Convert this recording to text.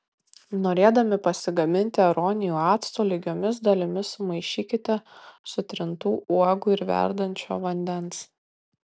norėdami pasigaminti aronijų acto lygiomis dalimis sumaišykite sutrintų uogų ir verdančio vandens